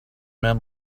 man